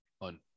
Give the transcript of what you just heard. on